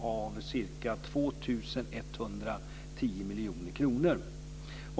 av ca 2 110 miljoner kronor.